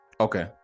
Okay